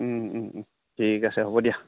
ঠিক আছে হ'ব দিয়া